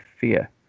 fear